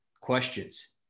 questions